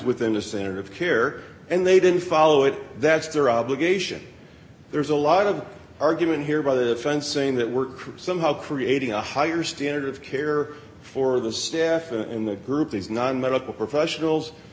within the center of care and they didn't follow it that's their obligation there's a lot of argument here by the fence saying that we're somehow creating a higher standard of care for the staff and the group these non medical professionals